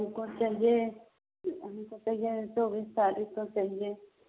हमको चाहिए हमको चाहिए चौबीस तरीख़ को चाहिए